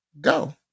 go